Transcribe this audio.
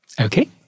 Okay